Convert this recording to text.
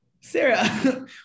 Sarah